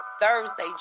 Thursday